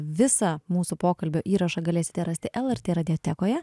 visą mūsų pokalbio įrašą galėsite rasti lrt radiotekoje